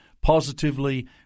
positively